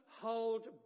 hold